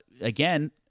again